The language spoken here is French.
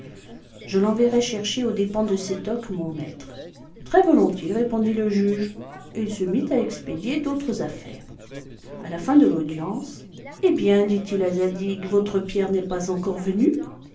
je l'enverrai chercher aux dépens de sétoc mon maître très volontiers répondit le juge et il se mit à expédier d'autres affaires a la fin de l'audience eh bien dit-il à zadig votre pierre n'est pas encore venue